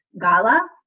Gala